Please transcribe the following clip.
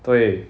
对